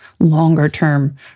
longer-term